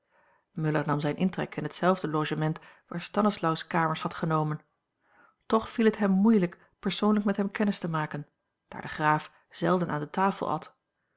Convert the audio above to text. muller nam zijn intrek in hetzelfde logement waar stanislaus kamers had genomen toch viel het hem moeilijk persoonlijk met hem kennis te maken daar de graaf zelden aan de tafel at